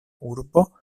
urbo